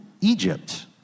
Egypt